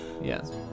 Yes